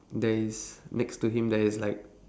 there is next to him there is like